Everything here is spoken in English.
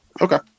okay